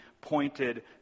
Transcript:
pointed